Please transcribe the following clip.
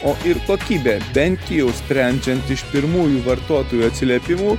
o ir kokybė bent jau sprendžiant iš pirmųjų vartotojų atsiliepimų